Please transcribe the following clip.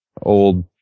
old